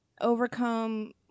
overcome